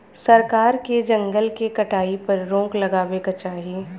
सरकार के जंगल के कटाई पर रोक लगावे क चाही